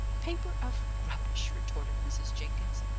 paper of rubbish! retorted mrs. jenkins.